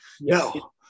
no